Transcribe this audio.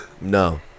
no